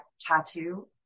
tattoo